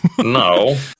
no